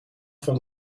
vond